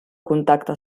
contacte